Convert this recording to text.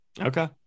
Okay